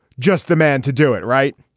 just the man to do it. right.